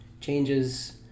changes